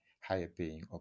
higher-paying